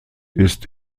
ist